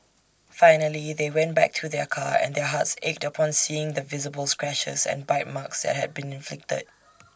finally they went back to their car and their hearts ached upon seeing the visible scratches and bite marks that had been inflicted